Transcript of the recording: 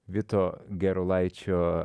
vito gerulaičio